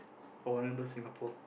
for Warner-Bros Singapore